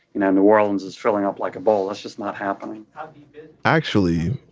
you know, new orleans is filling up like a bowl. that's just not happening actually,